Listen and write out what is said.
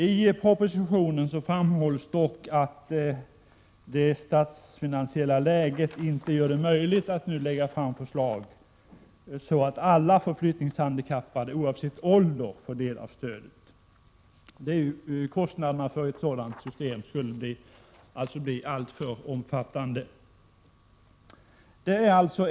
I propositionen framhålls dock att det statsfinasiella läget inte gör det möjligt att nu lägga fram förslag så att alla förflyttningshandikappade, oavsett ålder, får del av stödet. Kostnaderna för ett sådant system skulle bli alltför omfattande.